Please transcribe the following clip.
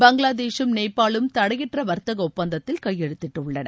பங்களாதேசும் நேபாளும் தடையற்றவர்த்தகஒப்பந்தத்தில் கையெழுத்திட்டுள்ளன